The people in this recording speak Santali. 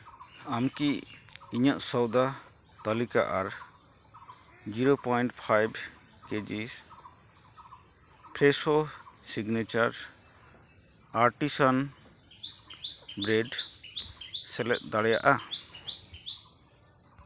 ᱟᱢ ᱠᱤ ᱤᱧᱟᱹᱜ ᱥᱚᱭᱫᱟ ᱛᱟᱹᱞᱤᱠᱟ ᱟᱨ zero point five KGs Fresho signature artisan bread ᱥᱮᱞᱮᱫ ᱫᱟᱲᱮᱭᱟᱜᱼᱟ